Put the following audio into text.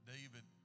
David